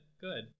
good